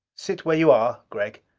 sit where you are, gregg.